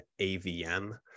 avm